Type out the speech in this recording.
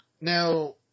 now